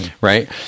Right